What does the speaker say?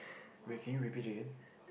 wait can you repeat again